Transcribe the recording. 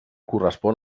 correspon